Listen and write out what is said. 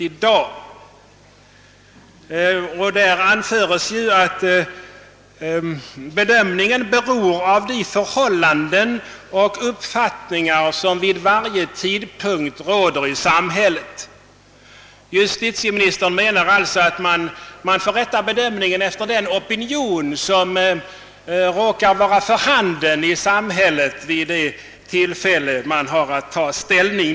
Justitieministern anser bl.a. att bedömningen »beror av de förhållanden och uppfattningar, som vid varje tidpunkt råder i samhället». Justitieministern menar alltså att vi får rätta bedömningen efter den opinion som råkar vara för handen i samhället vid det tillfälle då man har att ta ställning till frågorna.